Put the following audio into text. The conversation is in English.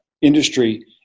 industry